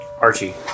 Archie